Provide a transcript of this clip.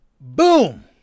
Boom